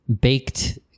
baked